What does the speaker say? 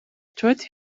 taught